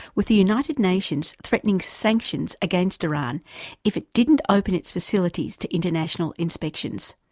with the united nations threatening sanctions against iran if it didn't open its facilities to international inspections,